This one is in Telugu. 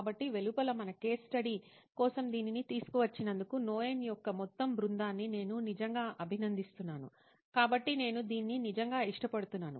కాబట్టి వెలుపల మన కేస్ స్టడీ కోసం దీనిని తీసుకువచ్చినందుకు నోయిన్ యొక్క మొత్తం బృందాన్ని నేను నిజంగా అభినందిస్తున్నాను కాబట్టి నేను దీన్ని నిజంగా ఇష్టపడుతున్నాను